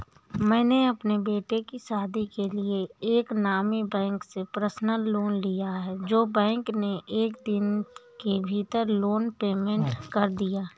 मैंने अपने बेटे की शादी के लिए एक नामी बैंक से पर्सनल लोन लिया है जो बैंक ने एक दिन के भीतर लोन पेमेंट कर दिया